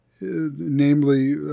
namely